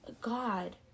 God